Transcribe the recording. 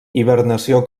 hibernació